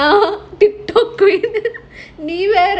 ah TikTok queen நீ வேற:nee vera